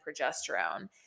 progesterone